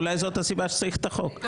אולי זאת הסיבה שצריך את החוק.